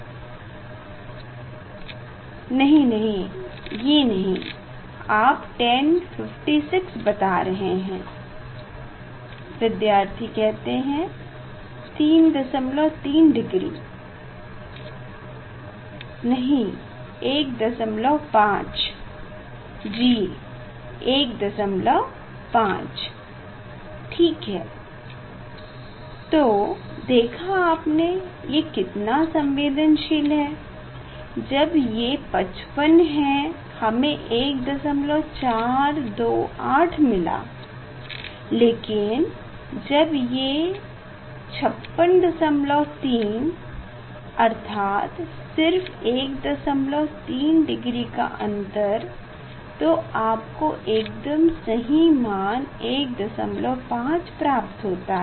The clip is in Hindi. विद्यार्थी स्लाइड देखे समय 2246 नहीं ये नहीं आप tan 56 बता रहे हैं विद्यार्थी 33 डिग्री विद्यार्थी 15 15 विद्यार्थी जी 15 ठीक है तो देखा आपने ये कितना संवेदनशील है जब ये 55 है हमे 1428 मिला लेकिन जब ये 563 अर्थात सिर्फ 13 डिग्री का अंतर तो आपको एकदम सही मान 15 प्राप्त होता है